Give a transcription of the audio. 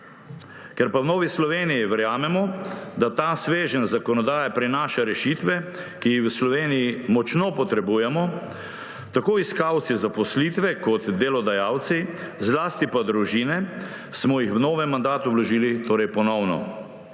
Ker pa v Novi Sloveniji verjamemo, da ta sveženj zakonodaje prinaša rešitve, ki jih v Sloveniji močno potrebujemo, tako iskalci zaposlitve kot delodajalci, zlasti pa družine, smo jih v novem mandatu vložili ponovno.